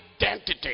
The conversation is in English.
identity